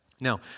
Now